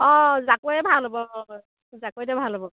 অ জাকৈয়ে ভাল হ'ব হয় জাকৈতে ভাল হ'ব